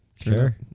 sure